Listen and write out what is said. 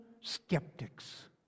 skeptics